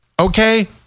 Okay